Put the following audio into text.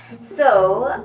so,